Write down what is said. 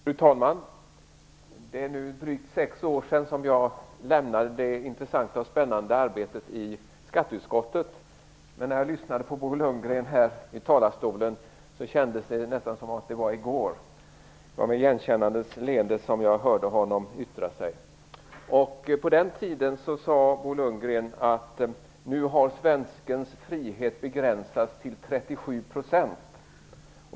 Fru talman! Det är nu drygt sex år sedan jag lämnade det spännande och intressanta arbetet i skatteutskottet. Men när jag lyssnade på Bo Lundgren här kändes det nästan som att det var i går. Det var med igenkännandets leende som jag hörde honom yttra sig. På den tiden sade Bo Lundgren att svenskens frihet hade begränsats till 37 %.